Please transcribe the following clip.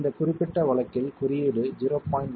இந்த குறிப்பிட்ட வழக்கில் குறியீடு 0